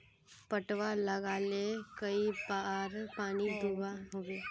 पटवा लगाले कई बार पानी दुबा होबे?